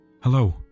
Hello